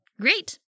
Great